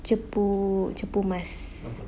cepu~ cepumas